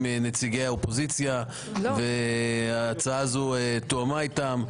נציגי האופוזיציה וההצעה הזו תואמה איתם,